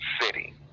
city